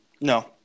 No